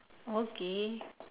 okay